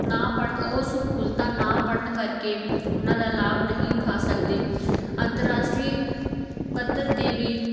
ਨਾ ਪੜ੍ਹ ਉਹ ਸਹੂਲਤਾਂ ਨਾ ਪੜ੍ਹਨ ਕਰਕੇ ਉਹਨਾਂ ਦਾ ਲਾਭ ਨਹੀਂ ਉਠਾ ਸਕਦੇ ਅੰਤਰਰਾਸ਼ਟਰੀ ਪੱਧਰ 'ਤੇ ਵੀ